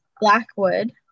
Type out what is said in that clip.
Blackwood